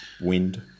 Wind